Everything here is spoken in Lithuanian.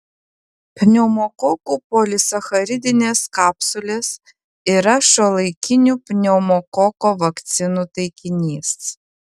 pneumokokų polisacharidinės kapsulės yra šiuolaikinių pneumokoko vakcinų taikinys